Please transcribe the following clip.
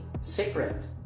secret